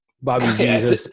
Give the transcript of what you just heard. Bobby